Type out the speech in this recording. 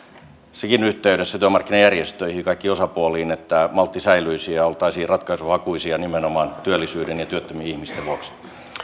siinä yhteydessä työmarkkinajärjestöihin ja kaikkiin osapuoliin että maltti säilyisi ja oltaisiin ratkaisuhakuisia nimenomaan työllisyyden ja työttömien ihmisten vuoksi